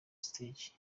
stage